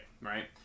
right